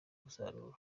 umusaruro